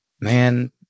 Man